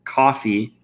coffee